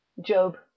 job